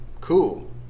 Cool